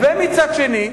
אתה יודע, זה היה, ומצד שני,